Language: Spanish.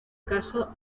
caso